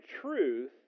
truth